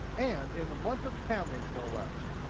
and in the month of tammuz, no less.